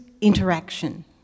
interaction